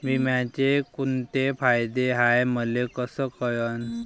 बिम्याचे कुंते फायदे हाय मले कस कळन?